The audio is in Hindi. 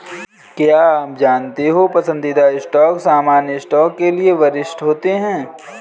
क्या आप जानते हो पसंदीदा स्टॉक सामान्य स्टॉक के लिए वरिष्ठ होते हैं?